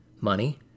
money